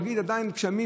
להגיד שגשמים,